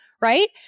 right